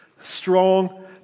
strong